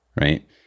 right